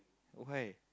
why